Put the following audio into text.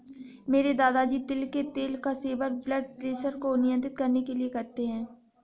मेरे दादाजी तिल के तेल का सेवन ब्लड प्रेशर को नियंत्रित करने के लिए करते हैं